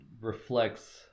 reflects